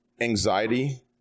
anxiety